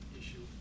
issue